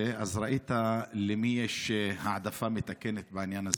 וראית למי יש העדפה מתקנת בעניין הזה.